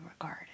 regard